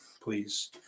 please